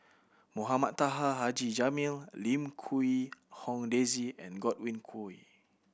Mohamed Taha Haji Jamil Lim Quee Hong Daisy and Godwin Koay